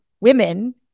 women